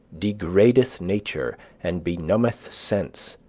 degradeth nature, and benumbeth sense,